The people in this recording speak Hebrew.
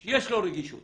יש לו רגישות